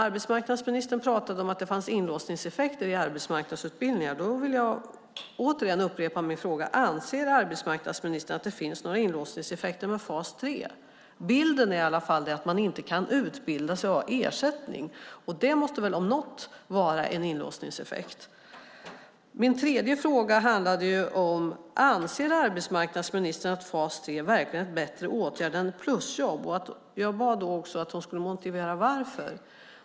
Arbetsmarknadsministern sade att det fanns inlåsningseffekter i arbetsmarknadsutbildningar, och jag vill därför återigen fråga: Anser arbetsmarknadsministern att det finns några inlåsningseffekter med fas 3? Bilden är i alla fall den att man inte kan utbilda sig och ha ersättning, och det om något måste vara en inlåsningseffekt. Min tredje fråga var om arbetsmarknadsministern ansåg att fas 3 verkligen var en bättre åtgärd än plusjobb. Jag bad henne också att i så fall motivera varför.